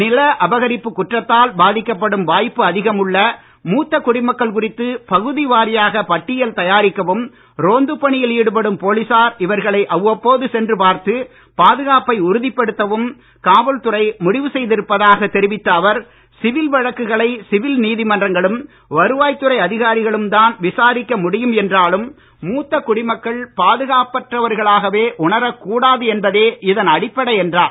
நில அபகரிப்புக் குற்றத்தால் பாதிக்கப்படும் வாய்ப்பு அதிகம் உள்ள மூத்த குடிமக்கள் குறித்து பகுதி வாரியாக பட்டியல் தயாரிக்கவும் ரோந்துப் பணியில் ஈடுபடும் போலீசார் இவர்களை அவ்வப்போது சென்று பார்த்து பாதுகாப்பை உறுதிப்படுத்தவும் காவல்துறை முடிவு செய்திருப்பதாக தெரிவித்த அவர் சிவில் வழக்குகளை சிவில் நீதிமன்றங்களும் வருவாய்த் துறை அதிகாரிகளும்தான் விசாரிக்க முடியும் என்றாலும் மூத்த குடிமக்கள் பாதுகாப்பற்றவர்களாக உணரக் கூடாது என்பதே இதன் அடிப்படை என்றார்